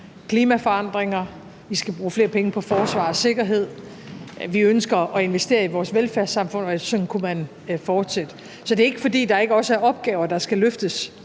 klimaforandringer, vi skal bruge flere penge på forsvar og sikkerhed, og vi ønsker at investere i vores velfærdssamfund, og sådan kunne man fortsætte. Så det er ikke, fordi der ikke også er opgaver, der skal løftes